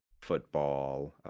football